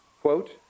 quote